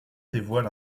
dévoile